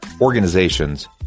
organizations